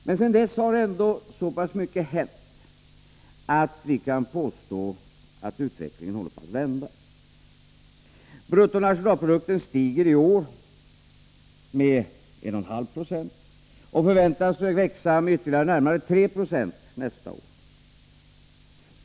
Men sedan dess har ändå så pass mycket hänt att vi kan påstå att utvecklingen håller på att vända. Bruttonationalprodukten stiger i år med 1,5 90 och förväntas växa med ytterligare närmare 3 70 nästa år.